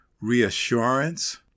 reassurance